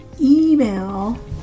email